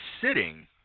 sitting